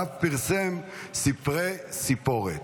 ואף פרסם ספרי סיפורת.